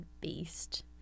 beast